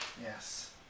Yes